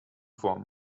form